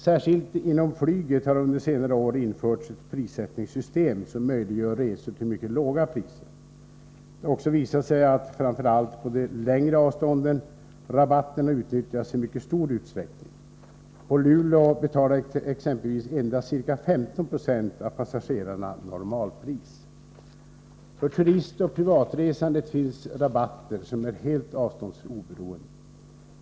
Särskilt inom flyget har under senare år införts ett prissättningssystem som möjliggör resor till mycket låga priser. Det har också visat sig att — framför allt på de längre avstånden — rabatterna utnyttjas i mycket stor utsträckning. På Luleå betalar t.ex. endast ca 15 96 av passagerarna normalpris. För turistoch privatresandet finns rabatter som är helt avståndsoberoende.